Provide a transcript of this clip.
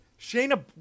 Shayna